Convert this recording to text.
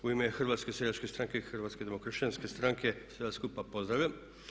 U ime Hrvatske seljačke stranke i Hrvatske demokršćanske stranke, sve vas skupa pozdravljam.